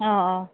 ꯑꯣ ꯑꯣ